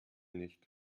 nicht